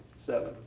seven